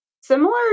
Similar